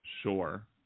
Sure